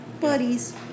Buddies